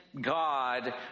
God